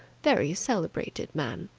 very celebrated man!